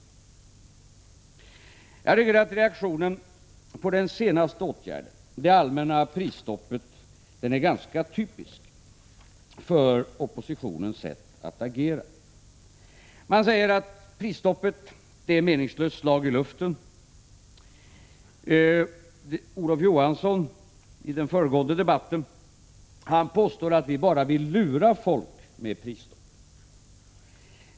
Jag tycker att reaktionen på den senaste åtgärden, det allmänna prisstoppet, är ganska typisk för oppositionens sätt att agera. Man säger att prisstoppet är meningslöst, ett slag i luften. Olof Johansson sade i den föregående debattrundan att vi bara vill lura folk med prisstoppet.